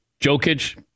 Jokic